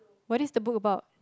what is the book about